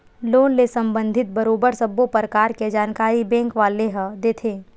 loan ले संबंधित बरोबर सब्बो परकार के जानकारी बेंक वाले ह देथे